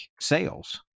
sales